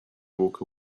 walk